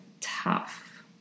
tough